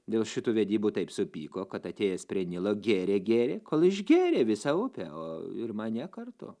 dėl šitų vedybų taip supyko kad atėjęs prie nilo gėrė gėrė kol išgėrė visą upę o ir mane kartu